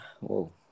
whoa